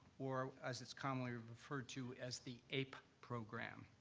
or as it's commonly referred to as the aap program.